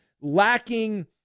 lacking